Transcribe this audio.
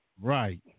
Right